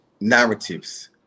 narratives